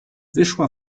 wyszła